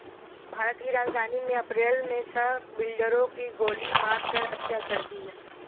भारत की राजधानी में अप्रैल मे छह बिल्डरों की गोली मारकर हत्या कर दी है